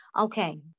okay